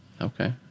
Okay